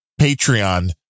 Patreon